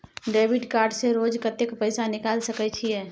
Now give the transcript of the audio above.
Debit card से रोज कत्ते पैसा निकाल सके छिये?